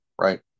right